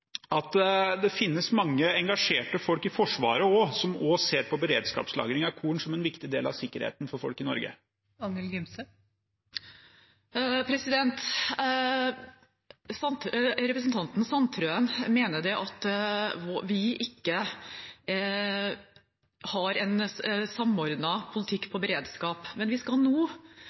at det finnes mange engasjerte folk i Forsvaret som også ser på beredskapslagring av korn som en viktig del av sikkerheten for folk i Norge? Representanten Sandtrøen mener at vi ikke har en samordnet politikk på beredskap, men vi skal nå